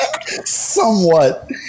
Somewhat